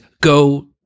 go